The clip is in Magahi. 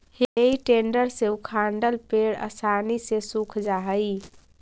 हेइ टेडर से उखाड़ल पेड़ आसानी से सूख जा हई